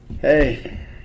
hey